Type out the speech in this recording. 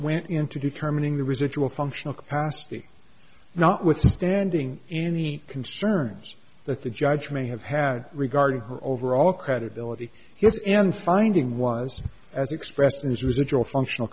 went into determining the residual functional capacity notwithstanding any concerns that the judge may have had regarding her overall credibility yes am finding was as expressed in his residual functional